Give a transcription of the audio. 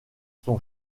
son